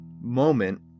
moment